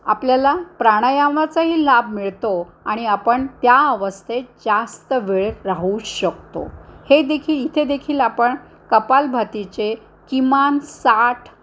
आपल्याला प्राणायामाचाही लाभ मिळतो आणि आपण त्या अवस्थेत जास्त वेळ राहू शकतो हे देखील इथे देखील आपण कपालभातीचे किमान साठ